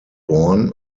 born